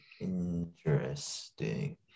interesting